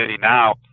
now